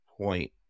point